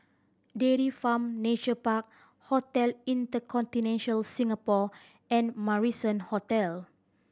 Dairy Farm Nature Park Hotel Inter Singapore and Marrison Hotel